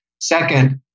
Second